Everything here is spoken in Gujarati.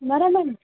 બરાબર ને